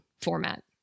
format